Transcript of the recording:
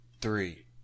three